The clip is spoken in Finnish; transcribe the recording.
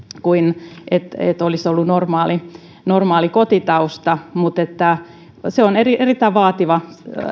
kuin jos olisi ollut normaali normaali kotitausta mutta se on erittäin vaativa